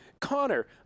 Connor